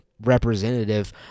representative